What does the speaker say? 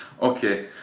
Okay